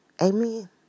Amen